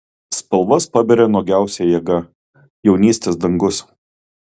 spalvas paberia nuogiausia jėga jaunystės dangus